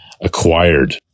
acquired